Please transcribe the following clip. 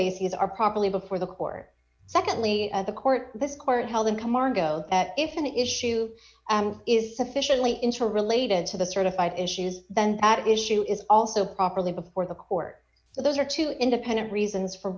bases are properly before the court secondly the court this court held income margaux that if an issue is sufficiently interrelated to the certified issues then that issue is also properly before the court so those are two independent reasons for